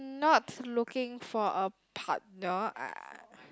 um not looking for a partner I I